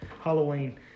Halloween